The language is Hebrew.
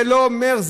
זה לא אומר,